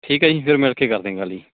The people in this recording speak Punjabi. ਠੀਕ ਹੈ ਜੀ ਫਿਰ ਮਿਲ ਕੇ ਕਰਦੇ ਗੱਲ ਜੀ